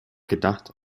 gedacht